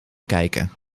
kijken